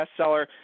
bestseller